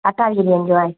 attach हूंदो आहे